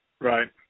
right